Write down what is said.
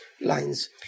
lines